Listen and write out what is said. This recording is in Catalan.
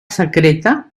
secreta